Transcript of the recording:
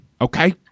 Okay